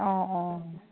অঁ অঁ